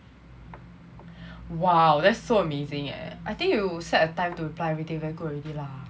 !wow! that's so amazing eh I think you set a time to reply everything very good already lah